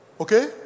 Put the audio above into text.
Okay